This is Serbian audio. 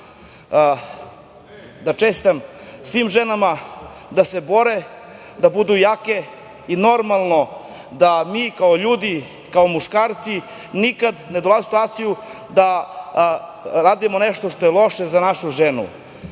da čestitam svim ženama, da se bore, da budu jake i normalno da mi kao ljudi, kao muškarci nikad ne dolazimo u situaciju da radimo nešto što je loše za našu